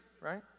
right